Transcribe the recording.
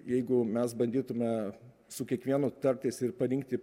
jeigu mes bandytume su kiekvienu tartis ir parinkti